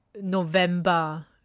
November